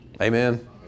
Amen